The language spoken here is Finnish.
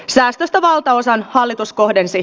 säästöistä valtaosan hallitus kohdensi